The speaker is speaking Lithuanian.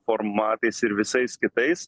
formatais ir visais kitais